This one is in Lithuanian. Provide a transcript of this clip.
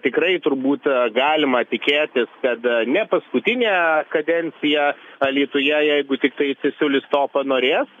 tikrai turbūt galima tikėtis kad ne paskutinę kadenciją alytuje jeigu tiktai cesiulis to panorės